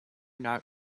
not